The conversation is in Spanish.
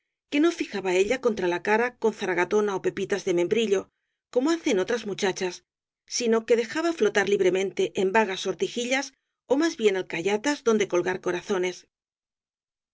que no fijaba ella contra la cara con zaragatona ó pepitas de membrillo como hacen otras muchachas sino que dejaba flo tar libremente en vagas sortijillas ó más bien alca yatas donde colgar corazones